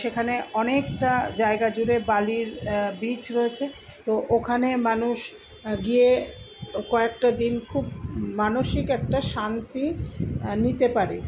সেখানে অনেকটা জায়গা জুড়ে বালির বিচ রয়েছে তো ওখানে মানুষ গিয়ে কয়েকটা দিন খুব মানসিক একটা শান্তি নিতে পারে